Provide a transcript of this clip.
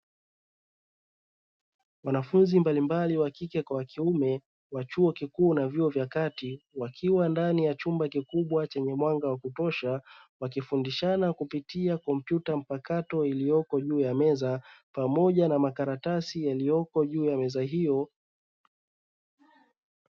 Wanafunzi mbalimbali wa kike kwa wa kiume wa chuo kikuu na vyuo vya kati, wakiwa ndani ya chumba kikubwa chenye mwanga wa kutosha, wakifundishana kupitia kompyuta mpakato iliyoko juu ya meza, pamoja na makaratasi yaliyoko juu ya meza hiyo.